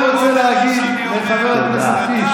עכשיו אני רוצה להגיד לחבר הכנסת קיש,